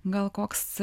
gal koks